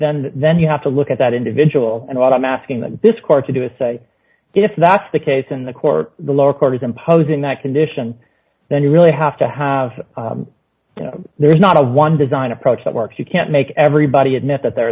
then then you have to look at that individual and what i'm asking this court to do is say if that's the case and the court the lower court is imposing that condition then you really have to have there's not a one design approach that works you can't make everybody admit that they're